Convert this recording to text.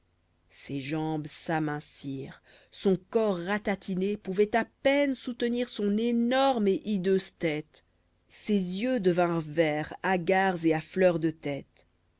ses jambes s'amincirent son corps ratatiné pouvait à peine soutenir son énorme et hideuse tête ses yeux devinrent verts hagards et à fleur de tête